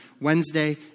Wednesday